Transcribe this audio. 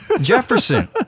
Jefferson